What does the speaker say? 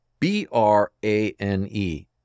B-R-A-N-E